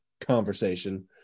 conversation